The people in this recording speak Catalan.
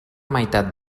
meitat